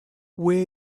where